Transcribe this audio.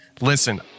Listen